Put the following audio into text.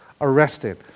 arrested